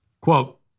quote